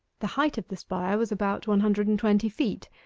the height of the spire was about one hundred and twenty feet,